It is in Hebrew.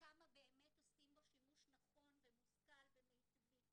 כמה באמת עושים בו שימוש נכון ומושכל ומיטבי.